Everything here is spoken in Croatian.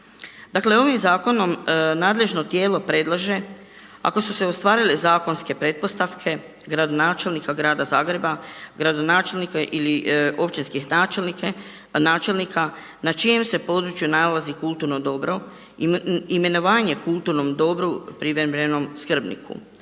Dakle, ovim zakonom nadležno tijelo predlaže ako su se ostvarile zakonske pretpostavke gradonačelnika grada Zagreba, gradonačelnika ili općinskih načelnika na čijem se području nalazi kulturno dobro imenovanje kulturnom dobru privremenom skrbniku.